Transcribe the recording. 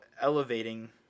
elevating